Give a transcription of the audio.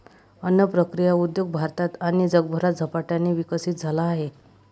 अन्न प्रक्रिया उद्योग भारतात आणि जगभरात झपाट्याने विकसित झाला आहे